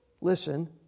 Listen